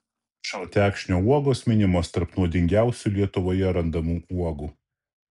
šaltekšnio uogos minimos tarp nuodingiausių lietuvoje randamų uogų